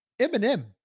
Eminem